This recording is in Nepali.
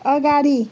अगाडि